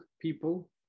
people